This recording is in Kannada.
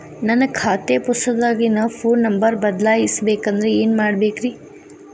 ನನ್ನ ಖಾತೆ ಪುಸ್ತಕದಾಗಿನ ಫೋನ್ ನಂಬರ್ ಬದಲಾಯಿಸ ಬೇಕಂದ್ರ ಏನ್ ಮಾಡ ಬೇಕ್ರಿ?